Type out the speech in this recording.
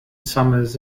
summers